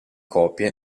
copie